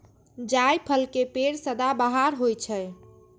जायफल के पेड़ सदाबहार होइ छै